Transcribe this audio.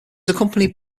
accompanied